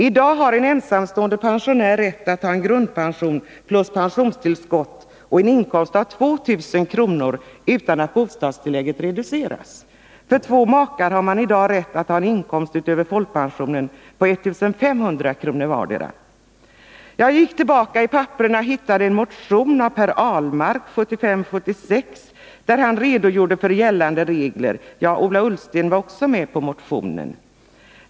I dag har en ensamstående pensionär rätt att ha en grundpension plus pensionstillskott och en inkomst av 2 000 kr. per år utan att bostadstillägget reduceras. Två makar har i dag rätt att ha en inkomst utöver folkpensionen på 1 500 kr. vardera. Jag gick tillbaka i papperen och hittade en motion av Per Ahlmark m.fl. från 1975/76, där det redogjordes för gällande regler — Ola Ullsten var också med på motionen.